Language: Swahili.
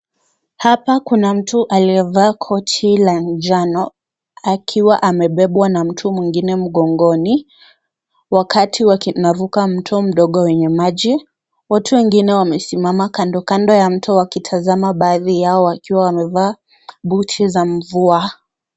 Hapa kuna mtu aliyevaa koti la njano akiwa amebebwa na mtu mwingine mgongoni wakati wanaruka mto mdogo wenye maji. Watu wengine wamesimama kando kando ya mto wakitazama baadhi yao wakiwa wamevaa buti za mvua.